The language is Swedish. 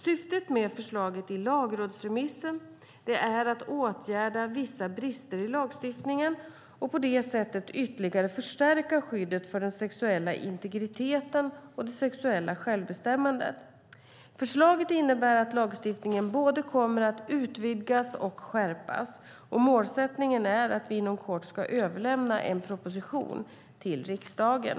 Syftet med förslaget i lagrådsremissen är att åtgärda vissa brister i lagstiftningen och på det sättet ytterligare förstärka skyddet för den sexuella integriteten och det sexuella självbestämmandet. Förslaget innebär att lagstiftningen både kommer att utvidgas och skärpas. Målsättningen är att inom kort överlämna en proposition till riksdagen.